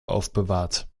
aufbewahrt